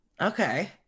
okay